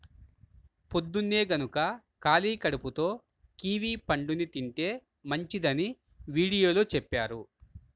పొద్దన్నే గనక ఖాళీ కడుపుతో కివీ పండుని తింటే మంచిదని వీడియోలో చెప్పారు